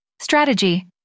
Strategy